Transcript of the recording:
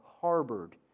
harbored